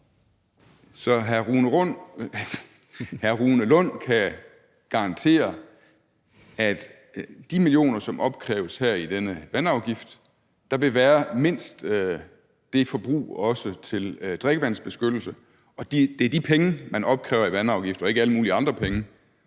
Så hr. Rune Lund kan garantere, at der i forhold til de millioner, som opkræves her med denne vandafgift, også vil være mindst det forbrug til drikkevandsbeskyttelse, at det er de penge, man opkræver i vandafgift, og ikke alle mulige andre penge,